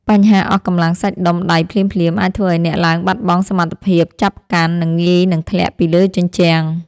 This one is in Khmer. បញ្ហាអស់កម្លាំងសាច់ដុំដៃភ្លាមៗ អាចធ្វើឱ្យអ្នកឡើងបាត់បង់សមត្ថភាពចាប់កាន់ និងងាយនឹងធ្លាក់ពីលើជញ្ជាំង។